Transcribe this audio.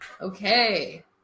Okay